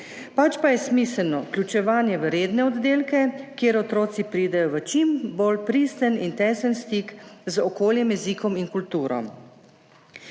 pač pa je smiselno vključevanje v redne oddelke, kjer otroci pridejo v čim bolj pristen in tesen stik z okoljem, jezikom in kulturo.